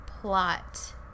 plot